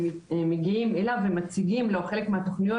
שמגיעים אליו ומציגים לו חלק מהתכניות